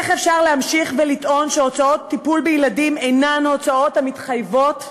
איך אפשר להמשיך ולטעון שהוצאות טיפול בילדים אינן הוצאות המתחייבות,